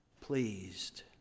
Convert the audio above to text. pleased